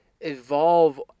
evolve